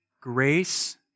grace